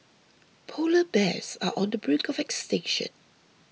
Polar Bears are on the brink of extinction